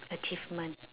achievement